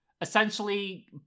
essentially